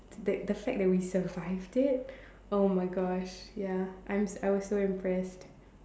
that the fact that we survived it oh my gosh ya I'm I was so impressed